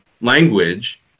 language